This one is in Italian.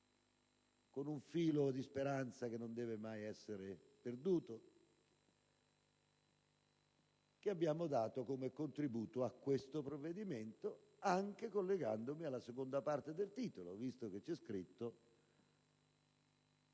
con un filo di speranza, che non deve mai essere perduto) presentato come contributo a questo provvedimento, anche collegandoci alla seconda parte del titolo che reca